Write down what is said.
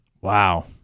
Wow